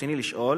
רצוני לשאול: